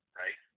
right